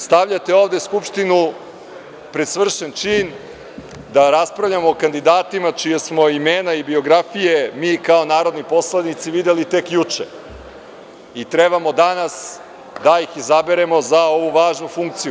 Stavljate ovde Skupštinu pred svršen čin da raspravljamo o kandidatima čija smo imena i biografije mi kao narodni poslanici videli tek juče i trebamo danas da ih izaberemo za ovu važnu funkciju.